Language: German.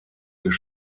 des